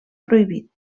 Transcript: prohibit